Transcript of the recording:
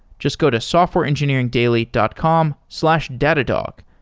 just go to softwareengineeringdaily dot com slash datadog.